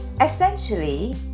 Essentially